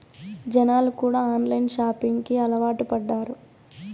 జనాలు కూడా online shopping కి అలవాటు పడ్డారు